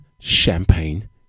Champagne